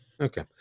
Okay